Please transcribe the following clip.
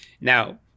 Now